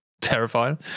Terrifying